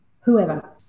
whoever